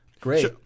Great